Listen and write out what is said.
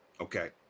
Okay